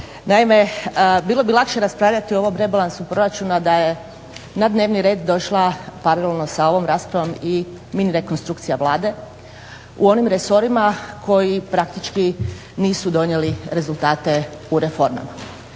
Naime, bilo bi lakše raspravljati o ovom rebalansu proračuna da je na dnevni red došla paralelno sa ovom raspravom i mini rekonstrukcija Vlade u onim resorima koji praktički nisu donijeli rezultate u reformama.